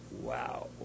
wow